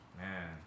man